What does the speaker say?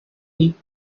week